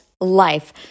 Life